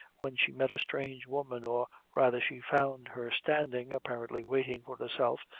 when she met a strange woman, or rather she found her standing, apparently waiting for herself,